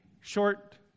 short